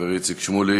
תודה, חברי איציק שמולי.